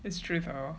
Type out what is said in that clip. it's true or